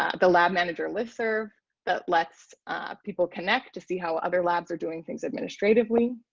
ah the lab manager listserv that lets people connect to see how other labs are doing things administratively.